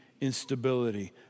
instability